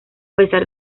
pesar